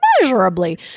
immeasurably